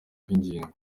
bw’ingingo